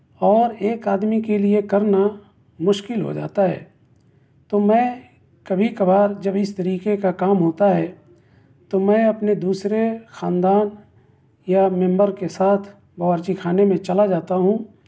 اور ایک آدمی کے لئے کرنا مشکل ہو جاتا ہے تو میں کبھی کبھار جب اِس طریقے کا کام ہوتا ہے تو میں اپنے دوسرے خاندان یا ممبر کے ساتھ باورچی خانے میں چلا جاتا ہوں